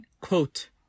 quote